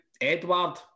Edward